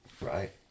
Right